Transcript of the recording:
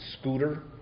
Scooter